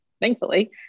Thankfully